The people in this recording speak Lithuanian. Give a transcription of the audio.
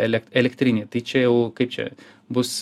elek elektriniai tai čia jau kaip čia bus